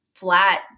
Flat